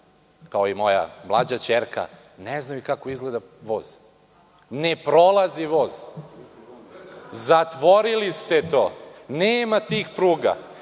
kao i moja mlađa ćerka, ne znaju kako izgleda voz. Ne prolazi voz. Zatvorili ste to. Nema tih pruga.